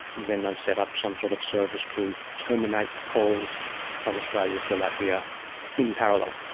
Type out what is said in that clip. then they've set up some sort of service to terminate calls from australia to latvia in parallel,